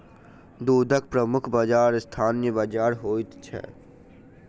दूधक प्रमुख बाजार स्थानीय बाजार होइत छै